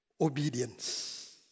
obedience